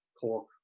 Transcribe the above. Cork